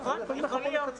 נכון, יכול להיות.